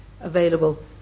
available